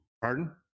Pardon